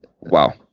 Wow